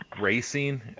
racing